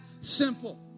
simple